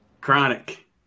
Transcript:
Chronic